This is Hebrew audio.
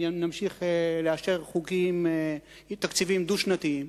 אם נמשיך לאשר חוקים תקציביים דו-שנתיים,